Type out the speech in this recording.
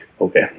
Okay